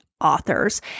authors